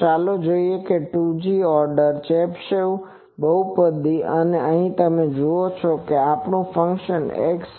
તો ચાલો જોઈએ કે 2 જી ઓર્ડર ચેબીશેવ બહુપદી છે અને અહીં તમે જુઓ છો કે આપણું ફંક્શન x